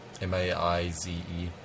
M-A-I-Z-E